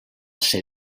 ser